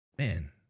Man